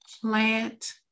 plant